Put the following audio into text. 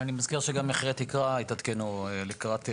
אני מזכיר שגם מחירי התקרה התעדכנו, לקראת יולי,